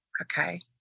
okay